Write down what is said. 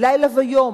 לילה ויום,